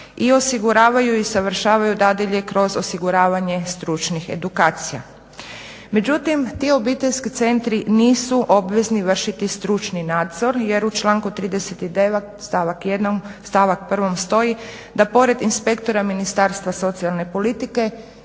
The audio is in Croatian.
i osiguravaju i usavršavaju dadilje kroz osiguravanje stručnih edukacija. Međutim ti obiteljski centri nisu obvezni vršiti stručni nadzor jer u članku 39. stavak 1. stoji da pored inspektora ministarstva socijalne politike